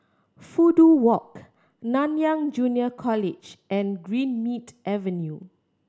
Fudu Walk Nanyang Junior College and Greenmead Avenue